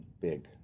big